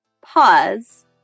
pause